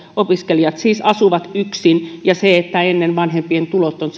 opiskelijat siis asuvat yksin ennen vanhempien tulot ovat